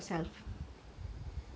I guess I'm very um